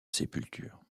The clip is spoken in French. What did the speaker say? sépulture